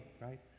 right